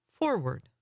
Forward